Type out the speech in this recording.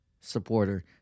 supporter